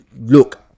look